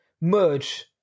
merge